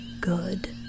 good